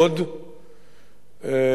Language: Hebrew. שעל-פיה,